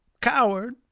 coward